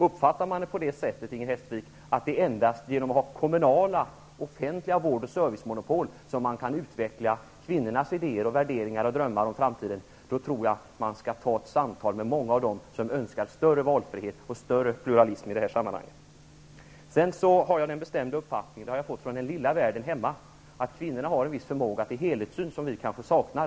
Uppfattar man det på det sättet, Inger Hestvik, att det endast är genom att ha kommunala, offentliga vård och servicemonopol som man kan utveckla kvinnornas idéer, värderingar och drömmar om framtiden, då tror jag att man skall ta ett samtal med många av dem som önskar större valfrihet och större pluralism i det här sammanhanget. Från den lilla världen hemma har jag fått den bestämda uppfattningen att kvinnorna har en viss förmåga till helhetssyn, som vi kanske saknar.